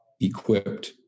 equipped